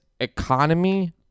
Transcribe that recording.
economy